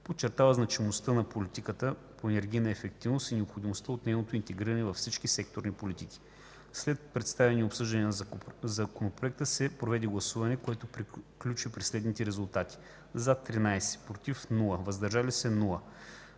подчертава значимостта на политиката по енергийна ефективност и необходимост от нейното интегриране във всички секторни политики. След представяне и обсъждане на Законопроекта се проведе гласуване, което приключи при следните резултати: „за” – 13, без „против” и „въздържали се”.